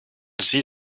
sie